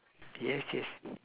yes yes